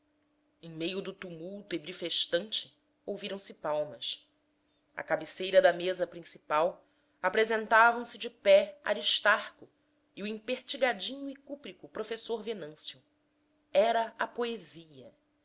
em meio do tumulto ebrifestante ouviram-se palmas à cabeceira da mesa principal apresentavam se de pé aristarco e o empertigadinho e cúprico professor venâncio era a poesia